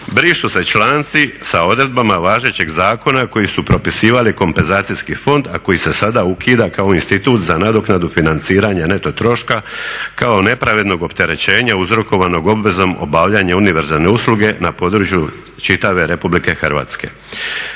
Brišu se članci sa odredbama važećeg zakona koji su propisivali kompenzacijski fond a koji se sada ukida kao institut za nadoknadu financiranja neto troška kao nepravednog opterećenja uzrokovanog obvezom obavljanja univerzalne usluge na području čitave RH.